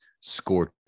scorch